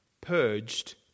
purged